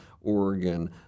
Oregon